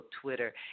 Twitter